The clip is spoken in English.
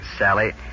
Sally